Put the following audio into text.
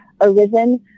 arisen